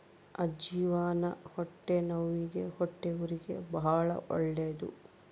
ಅಜ್ಜಿವಾನ ಹೊಟ್ಟೆನವ್ವಿಗೆ ಹೊಟ್ಟೆಹುರಿಗೆ ಬಾಳ ಒಳ್ಳೆದು